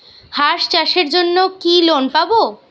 হাঁস চাষের জন্য কি লোন পাব?